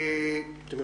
יש